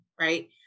Right